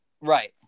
Right